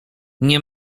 nie